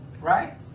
Right